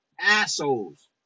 Assholes